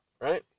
right